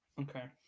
Okay